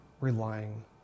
relying